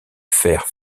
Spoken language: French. faire